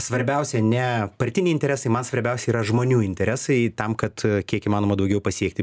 svarbiausia ne partiniai interesai man svarbiausia yra žmonių interesai tam kad kiek įmanoma daugiau pasiekti